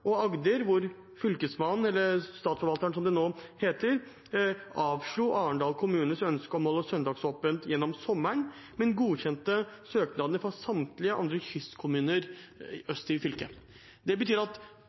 og Agder, hvor Fylkesmannen – eller Statsforvalteren, som det nå heter – avslo Arendal kommunes ønske om å holde søndagsåpent gjennom sommeren, men godkjente søknadene fra samtlige andre kystkommuner øst i fylket. Det betyr at